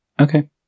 Okay